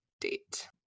date